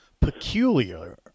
Peculiar